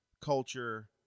culture